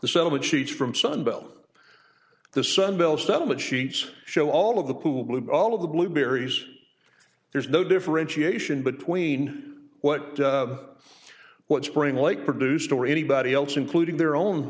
the settlement sheets from sunbelt the sunbelt settlement sheets show all of the cube all of the blueberries there's no differentiation between what what springlike produced or anybody else including their own